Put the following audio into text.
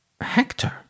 Hector